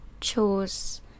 chose